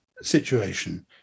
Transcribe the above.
situation